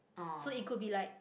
so it could be like